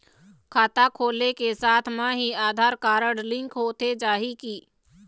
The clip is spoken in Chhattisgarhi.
खाता खोले के साथ म ही आधार कारड लिंक होथे जाही की?